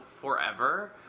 forever